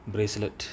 bracelet